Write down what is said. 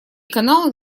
канал